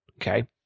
okay